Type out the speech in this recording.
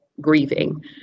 grieving